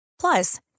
Plus